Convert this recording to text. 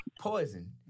poison